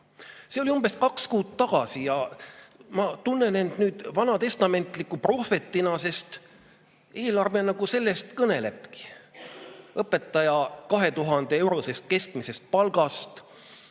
See oli umbes kaks kuud tagasi ja ma tunnen end vanatestamendiliku prohvetina, sest eelarve nagu sellest kõnelebki: õpetaja 2000‑eurosest keskmisest palgast.